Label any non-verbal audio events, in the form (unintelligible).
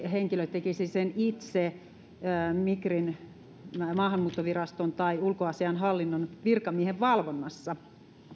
(unintelligible) henkilö tekisi dna näytteen ottamisen itse migrin maahanmuuttoviraston tai ulkoasiainhallinnon virkamiehen valvonnassa